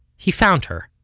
he found her.